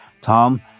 Tom